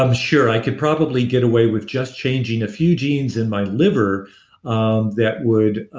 ah sure. i could probably get away with just changing a few genes in my liver um that would